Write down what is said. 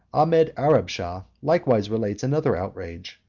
ahmed arabshah likewise relates another outrage,